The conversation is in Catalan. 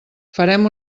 farem